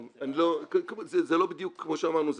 כמו שאמרנו,